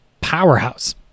powerhouse